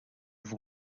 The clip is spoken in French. vous